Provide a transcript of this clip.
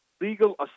legal